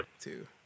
Two